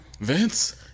Vince